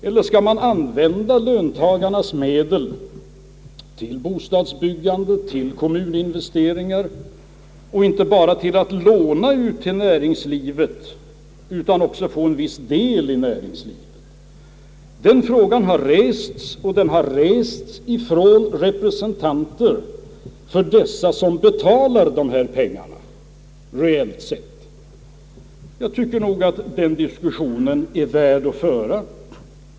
Eller skall vi använda löntagarnas medel inte bara till att låna ut till näringslivet utan också för att få en viss del i näringslivets tillgångar? Den frågan har ställts, och det av representanter för dem som reellt sett betalar dessa pengar. Jag tycker nog att den diskussionen är värd att föra.